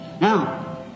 Now